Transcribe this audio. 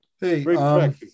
Hey